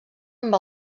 amb